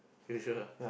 you sure